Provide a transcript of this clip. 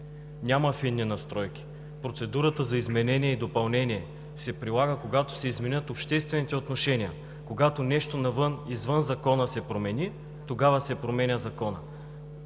Няма фини настройки. Процедурата за изменение и допълнение се прилага, когато се изменят обществените отношения, когато извън Закона се промени, тогава се променят Законът.